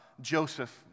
Joseph